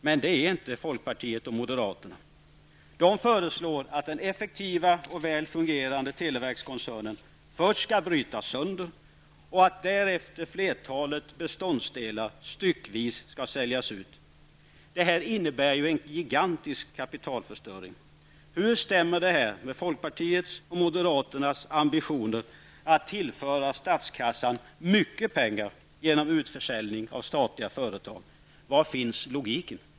Men det är inte folkpartiet och moderaterna. De föreslår att den effektiva och väl fungerande telverkskoncernen först skall brytas sönder och att därefter flertalet beståndsdelar styckvis skall säljas ut. Detta innebär ju en gigantisk kapitalförstöring. Hur stämmer detta med folkpartiets och moderaternas ambitioner att tillföra statskassan mycket pengar genom utförsäljning av statliga företag? Var finns logiken?